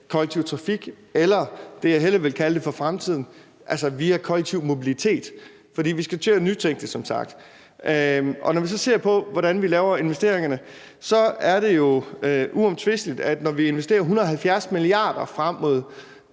kollektiv trafik eller det, som jeg hellere vil kalde det for fremtiden, altså via kollektiv mobilitet. For vi skal jo som sagt til at nytænke det, og når vi så ser på, hvordan vi laver investeringerne, er det jo uomtvisteligt, at når vi investerer 170 mia. kr. frem mod